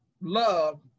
love